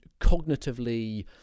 cognitively